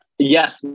Yes